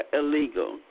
illegal